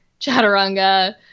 chaturanga